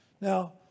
Now